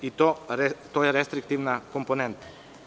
To je restriktivna komponenata.